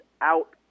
out